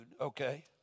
okay